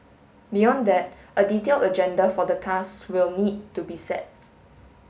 beyond that a detailed agenda for the talks will need to be set